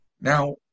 now